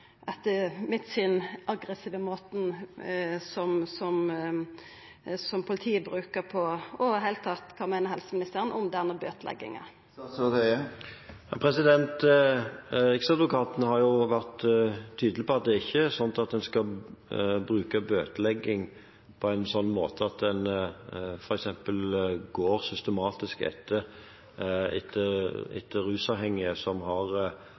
etter mitt syn aggressive måten som politiet bruker, og i det heile tatt kva helseministeren meiner om denne bøtelegginga. Riksadvokaten har vært tydelig på at en ikke skal bruke bøtelegging på en sånn måte at en f.eks. går systematisk etter rusavhengige som har omfattende problem, som det har